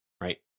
right